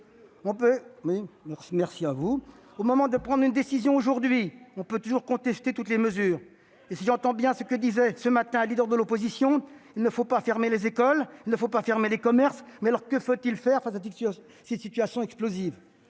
Au moment de prendre une décision, aujourd'hui, on peut toujours contester toutes les mesures et, si j'en crois ce que disait ce matin un leader de l'opposition, il ne faut fermer ni les écoles ni les commerces. Mais alors, que faut-il faire face à cette situation explosive ?